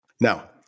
Now